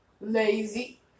lazy